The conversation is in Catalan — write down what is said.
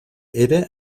era